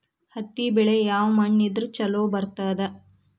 ಹತ್ತಿ ಬೆಳಿ ಯಾವ ಮಣ್ಣ ಇದ್ರ ಛಲೋ ಬರ್ತದ?